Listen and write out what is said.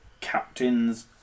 captains